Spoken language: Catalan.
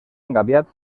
engabiat